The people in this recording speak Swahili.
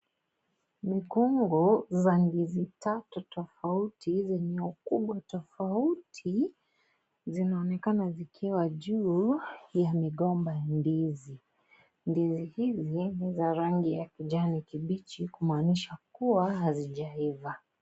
Mkungu za ndizi tatu tofauti, zenye ukubwa tofauti, zinaonekana zikiwa juu ya migomba ya ndizi. Ndizi hizi, ni za rangi ya kijani kibichi, kumaanisha kuwa, hazijaiva.